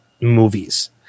movies